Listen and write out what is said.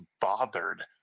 bothered